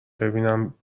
ببینم